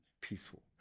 peaceful